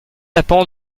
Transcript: apens